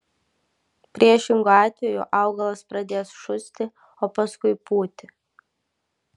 priešingu atveju augalas pradės šusti o paskui pūti